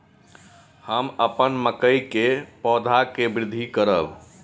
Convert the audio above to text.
हम अपन मकई के पौधा के वृद्धि करब?